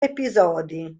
episodi